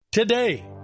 Today